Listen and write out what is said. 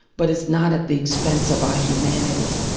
but it's not at the expense of our humanity.